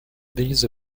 these